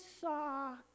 saw